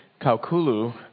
Kaukulu